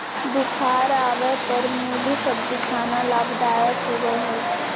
बुखार आवय पर मुली सब्जी खाना लाभदायक होबय हइ